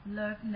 love